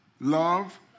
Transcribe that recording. love